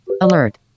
Alert